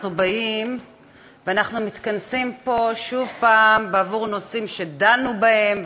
אנחנו באים ומתכנסים פה שוב בעבור נושאים שדנו בהם,